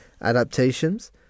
adaptations